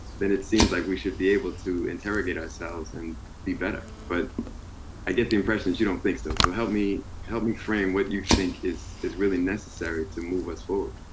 then it seems like we should be able to interrogate ourselves and be better. but i get the impression that you don't think so. so help me help me frame what you think is is really necessary to move us forward.